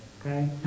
Okay